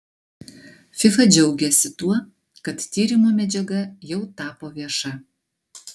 fifa džiaugiasi tuo kad tyrimo medžiaga jau tapo vieša